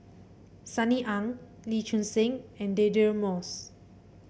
Sunny Ang Lee Choon Seng and Deirdre Moss